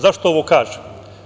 Zašto ovo kažem?